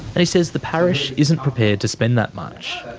and he says the parish isn't prepared to spend that much.